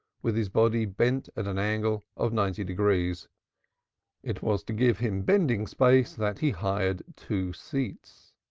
with his body bent at an angle of ninety degrees it was to give him bending space that he hired two seats.